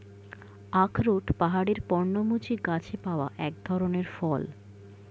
আখরোট পাহাড়ের পর্ণমোচী গাছে পাওয়া এক ধরনের ফল